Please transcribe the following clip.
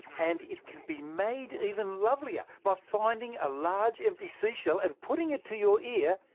and it can be made even lovelier by finding a large empty seashell and putting it to your ear,